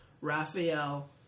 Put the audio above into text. Raphael